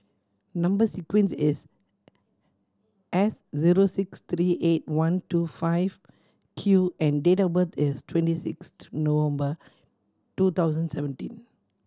number sequence is S zero six three eight one two five Q and date of birth is twenty six November two thousand seventeen